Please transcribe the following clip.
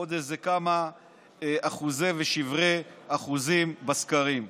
עוד איזה כמה אחוזים ושברי אחוזים בסקרים.